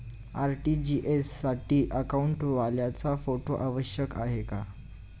RTGS साठी अकाउंटवाल्याचा photo आवश्यक आहे का?